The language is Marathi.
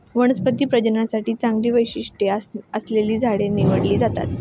वनस्पती प्रजननासाठी चांगली वैशिष्ट्ये असलेली झाडे निवडली जातात